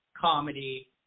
comedy